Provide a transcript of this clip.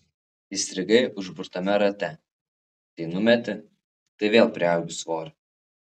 įstrigai užburtame rate tai numeti tai vėl priaugi svorio